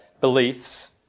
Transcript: beliefs